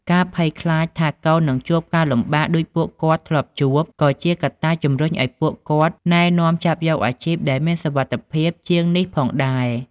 ការភ័យខ្លាចថា កូននឹងជួបការលំបាកដូចពួកគាត់ធ្លាប់ជួប ក៏ជាកត្តាជំរុញឱ្យពួកគាត់ណែនាំចាប់យកអាជីពដែលមានសុវត្ថិភាពជាងនេះផងដែរ។